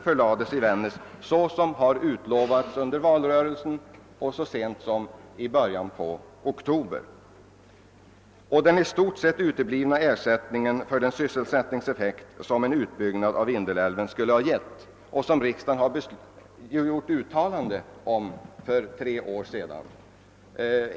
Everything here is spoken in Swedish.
Förläggandet dit utlovades under valrörelsen. Ansvaret gäller också den i stort sett uteblivna ersättningen för den sysselsättningseffekt som en utbyggnad av Vindelälven skulle ha givit och som riksdagen gjort uttalanden om för tre år sedan.